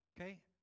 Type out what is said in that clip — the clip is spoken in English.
Okay